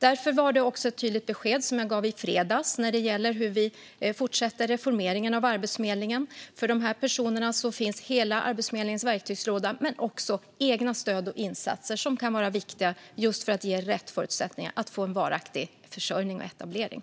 Därför gav jag ett tydligt besked i fredags när det gäller hur vi fortsätter reformeringen av Arbetsförmedlingen. För dessa personer finns hela Arbetsförmedlingens verktygslåda men också stöd och insatser som kan vara viktiga för att ge rätt förutsättningar för varaktig försörjning och etablering.